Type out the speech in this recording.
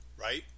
right